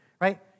Right